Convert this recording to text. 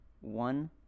one